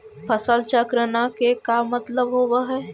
फसल चक्र न के का मतलब होब है?